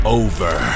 over